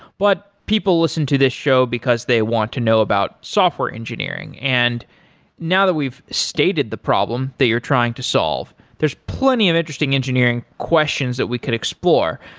but people listen to this show because they want to know about software engineering. and now that we've stated the problem that you're trying to solve, there's plenty of interesting engineering questions that we could explore.